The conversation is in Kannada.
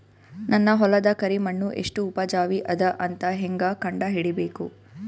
ನನ್ನ ಹೊಲದ ಕರಿ ಮಣ್ಣು ಎಷ್ಟು ಉಪಜಾವಿ ಅದ ಅಂತ ಹೇಂಗ ಕಂಡ ಹಿಡಿಬೇಕು?